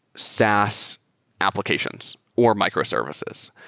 saas applications or microservices,